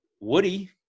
Woody